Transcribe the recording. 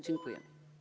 Dziękuję.